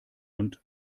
und